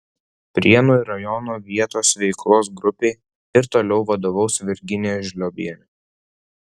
prienų rajono vietos veiklos grupei ir toliau vadovaus virginija žliobienė